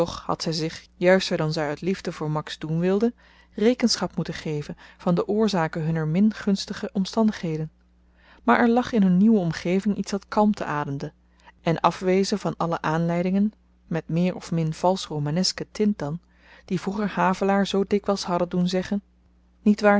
had zy zich juister dan zy uit liefde voor max doen wilde rekenschap moeten geven van de oorzaken hunner min gunstige omstandigheden maar er lag in hun nieuwe omgeving iets dat kalmte ademde en afwezen van alle aanleidingen met meer of min valsch romanesken tint dan die vroeger havelaar zoo dikwyls hadden doen zeggen niet waar